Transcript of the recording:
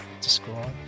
describe